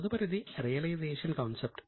తదుపరిది realisation concept